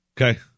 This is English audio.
Okay